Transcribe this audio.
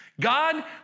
God